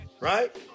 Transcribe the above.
right